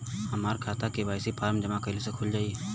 हमार खाता KYC form जमा कइले से खुल जाई?